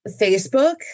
Facebook